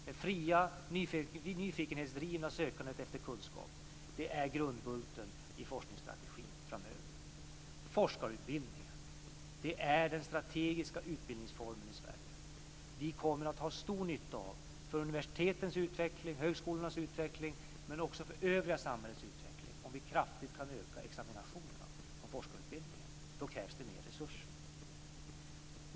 Det fria nyfikenhetsdrivna sökandet efter kunskap är grundbulten i forskningsstrategin. Forskarutbildningen är den strategiska utbildningsformen i Sverige. En kraftig ökning av examinationerna från forskarutbildningen kommer vi att ha stor nytta av för universitetens och högskolornas utveckling, men också för det övriga samhällets utveckling. Då krävs mer resurser.